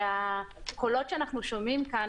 הקולות שאנחנו שומעים פה,